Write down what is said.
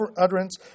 utterance